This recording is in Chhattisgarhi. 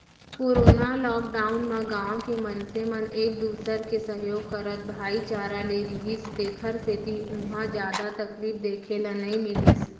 कोरोना लॉकडाउन म गाँव के मनसे मन एक दूसर के सहयोग करत भाईचारा ले रिहिस तेखर सेती उहाँ जादा तकलीफ देखे ल नइ मिलिस